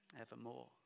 evermore